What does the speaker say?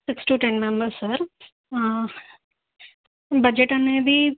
six to ten members sir budget అనేది